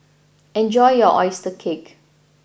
enjoy your Oyster Cake